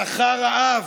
שכר רעב,